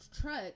trucks